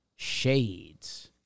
shades